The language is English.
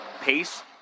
pace